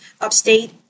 upstate